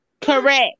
correct